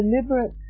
deliberate